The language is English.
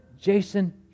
Jason